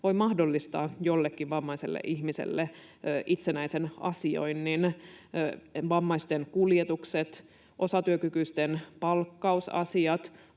voi mahdollistaa jollekin vammaiselle ihmiselle itsenäisen asioinnin. Vammaisten kuljetukset, osatyökykyisten palkkausasiat,